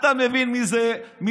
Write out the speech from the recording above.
אתה מבין מי זה בנט,